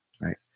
Right